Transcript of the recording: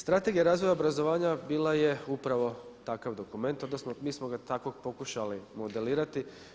Strategija razvoja obrazovanja bila je upravo takav dokument odnosno mi smo ga takvog pokušali modelirati.